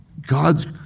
God's